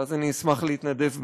ואז אני אשמח להתנדב בלשכתה.